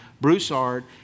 Broussard